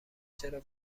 چرا